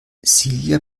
silja